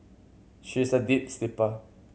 she is a deep sleeper